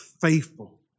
faithful